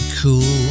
cool